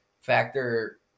factor